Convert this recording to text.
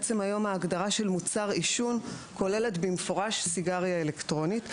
בעצם היום ההגדרה של מוצר עישון כוללת במפורש סיגריה אלקטרונית.